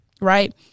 right